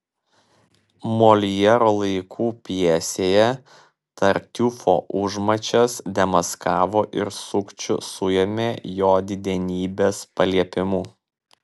moljero laikų pjesėje tartiufo užmačias demaskavo ir sukčių suėmė jo didenybės paliepimu